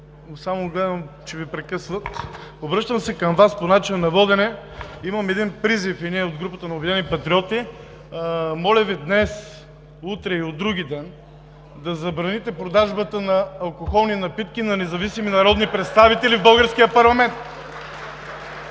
Вас – гледам, че Ви прекъсват – по начина на водене. Имаме един призив от групата на „Обединени патриоти“ – моля Ви днес, утре и вдругиден да забраните продажбата на алкохолни напитки на независими народни представители в българския парламент!